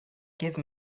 give